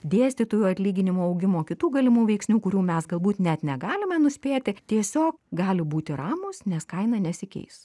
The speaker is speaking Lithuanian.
dėstytojų atlyginimų augimo kitų galimų veiksnių kurių mes galbūt net negalime nuspėti tiesiog gali būti ramūs nes kaina nesikeis